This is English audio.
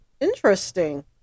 Interesting